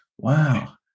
Wow